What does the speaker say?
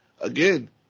again